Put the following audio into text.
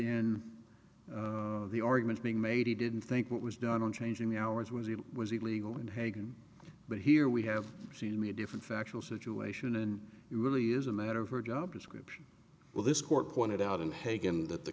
in the argument being made he didn't think what was done on changing the hours was it was illegal and hagan but here we have seen many different factual situation and it really is a matter of her job description well this court pointed out in hagen that the